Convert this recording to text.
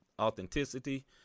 authenticity